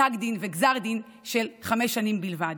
פסק דין וגזר דין של חמש שנים בלבד.